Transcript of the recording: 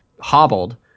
hobbled